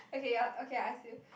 okay I okay I ask you